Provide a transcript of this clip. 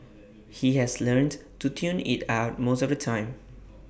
he has learnt to tune IT out most of the time